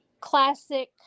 classic